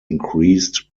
increased